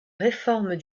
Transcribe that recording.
réforme